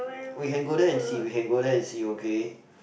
we can go there and see we can go there and see okay